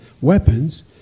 weapons